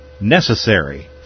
necessary